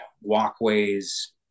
walkways